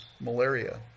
malaria